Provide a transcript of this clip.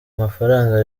mafaranga